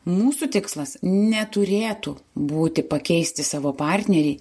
mūsų tikslas neturėtų būti pakeisti savo partnerį